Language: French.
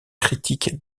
critique